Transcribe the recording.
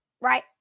Right